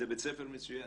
זה בית ספר מצוין.